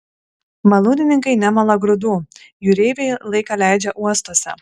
malūnininkai nemala grūdų jūreiviai laiką leidžia uostuose